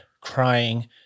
crying